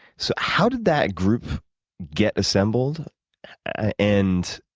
so how did that group get assembled and